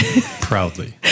Proudly